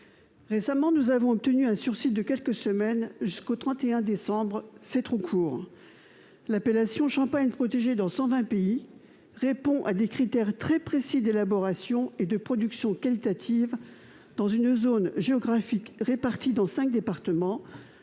Récemment, nous avons obtenu un sursis de quelques semaines, jusqu'au 31 décembre. C'est trop court ! L'appellation champagne, protégée dans 120 pays, répond à des critères très précis d'élaboration et de production qualitatives dans une zone géographique répartie sur cinq départements